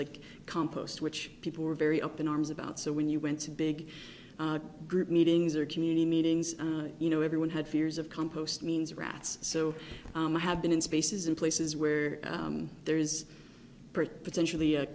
like compost which people were very up in arms about so when you went to big group meetings or community meetings you know everyone had fears of compost means rats so i have been in spaces in places where there is potentially a